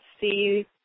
see